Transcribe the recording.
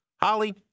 Holly